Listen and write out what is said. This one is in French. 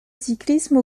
cyclisme